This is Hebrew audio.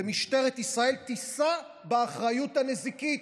ומשטרת ישראל תישא באחריות הנזיקית.